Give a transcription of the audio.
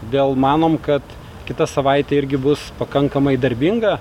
dėl manom kad kita savaitė irgi bus pakankamai darbinga